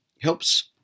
helps